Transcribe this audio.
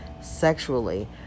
sexually